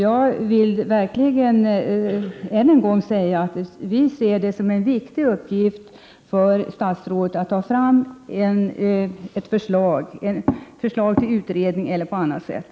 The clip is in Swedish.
Jag vill verkligen än en gång säga att vi anser det vara en viktig uppgift för statsrådet att lösa denna uppgift genom att lämna förslag till utredning eller på annat sätt.